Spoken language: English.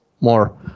more